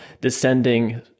descending